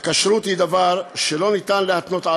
הכשרות היא דבר שלא ניתן להתנות,